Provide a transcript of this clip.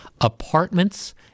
apartments